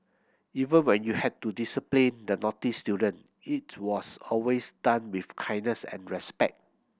even when you had to discipline the naughty student it was always done with kindness and respect